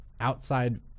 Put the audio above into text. outside